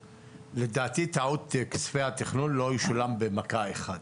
לדעתי, טעות, כספי התכנון לא ישולמו במכה אחת,